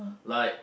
like